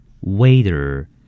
waiter